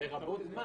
בתקנות.